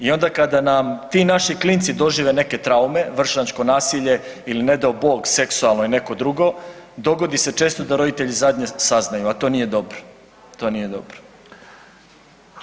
I onda kada nam ti naši klinci dožive neke traume, vršnjačko nasilje ili ne dao Bog seksualno ili neko drugo dogodi se često da roditelji zadnji saznaju, a to nije dobro, to nije dobro.